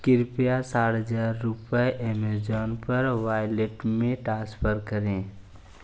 कृपया साठ हज़ार रुपये अमेज़न पर वाइलेट में टान्सफर करें